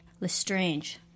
Lestrange